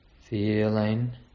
feeling